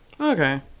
Okay